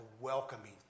welcoming